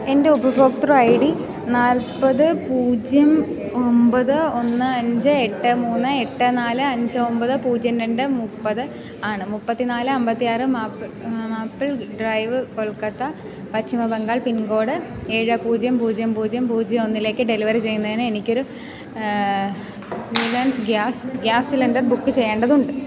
എൻറ്റെ ഉപഭോക്തൃ I D നാൽപ്പത് പൂജ്യം ഒമ്പത് ഒന്ന് അഞ്ച് എട്ട് മൂന്ന് എട്ട് നാല് അഞ്ച് ഒമ്പത് പൂജ്യം രണ്ട് മുപ്പത് ആണ് മുപ്പത്തിനാല് അമ്പത്തിയാറ് മാപ്പിൾ ഡ്രൈവ്വ് കൊൽക്കത്ത പശ്ചിമ ബംഗാൾ പിൻകോഡ് എഴ് പൂജ്യം പൂജ്യം പൂജ്യം പൂജ്യം ഒന്നിലേക്ക് ഡെലിവറി ചെയ്യുന്നതിന് എനിക്കൊരു ന്യൂലാൻസ് ഗ്യാസ് ഗ്യാസ് സിലിണ്ടർ ബുക്ക് ചെയ്യേണ്ടതുണ്ട്